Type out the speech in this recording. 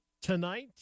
Tonight